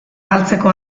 galtzeko